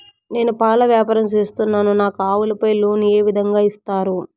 నేను పాల వ్యాపారం సేస్తున్నాను, నాకు ఆవులపై లోను ఏ విధంగా ఇస్తారు